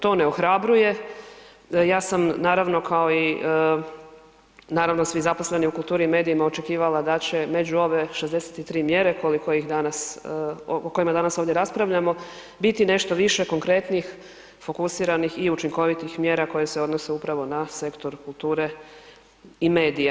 To ne ohrabruje, ja sam naravno kao i naravno svi zaposleni u kulturi i medijima očekivala da će među ove 63 mjere koliko ih danas, o kojima danas ovdje raspravljamo biti nešto više konkretnijih, fokusiranih i učinkovitih mjera koje se odnose upravo na sektor kulture i medija.